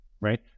right